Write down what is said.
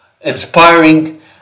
inspiring